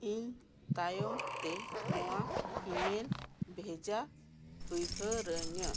ᱤᱧ ᱛᱟᱭᱚᱢᱛᱮ ᱚᱱᱟ ᱤᱢᱮᱞ ᱵᱷᱮᱡᱟᱢ ᱩᱭᱦᱟᱹᱨᱟᱹᱧᱟᱹ